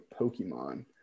pokemon